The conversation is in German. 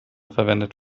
verwendet